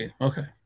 Okay